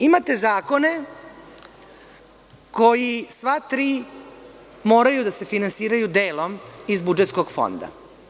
Imate zakone koji, sva tri, moraju da se finansiraju delom iz budžetskog fonda.